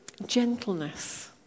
gentleness